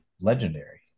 legendary